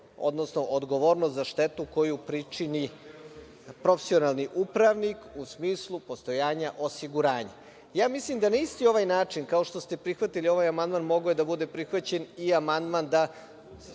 odnosno odgovornost za štetu koju pričini profesionalni upravnik u smislu postojanja osiguranja. Ja mislim da na isti ovaj način kao što ste prihvatili ovaj amandman, mogao je da bude prihvaćen i amandman da